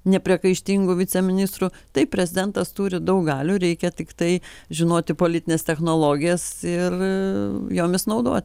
nepriekaištingų viceministrų taip prezidentas turi daug galių reikia tiktai žinoti politines technologijas ir jomis naudo